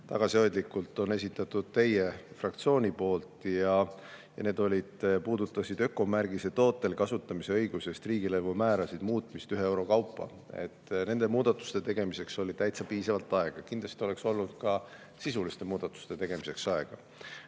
tutvustasin, on esitanud teie fraktsioon. Need puudutasid ökomärgise tootel kasutamise õiguse eest riigilõivumäärade muutmist ühe euro kaupa. Nende muudatuste tegemiseks oli täitsa piisavalt aega. Kindlasti oleks olnud aega ka sisuliste muudatuste tegemiseks.